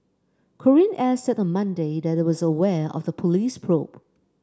Korean Air said on Monday that it was aware of the police probe